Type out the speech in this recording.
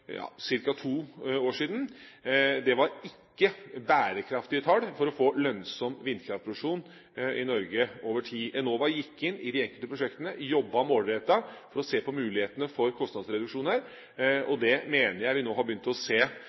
to år siden, var ikke tall som var bærekraftige for å få lønnsom vindkraftproduksjon i Norge over tid. Enova gikk inn i de enkelte prosjektene, jobbet målrettet for å se på mulighetene for kostnadsreduksjoner, og det mener jeg vi nå har begynt å se